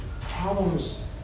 problems